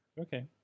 Okay